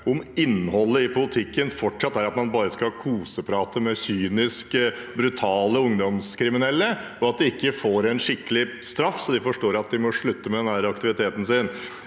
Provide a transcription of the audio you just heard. om innholdet i politikken fortsatt er at man bare skal koseprate med kynisk brutale ungdomskriminelle, og at de ikke får en skikkelig straff så de forstår at de må slutte med aktiviteten sin.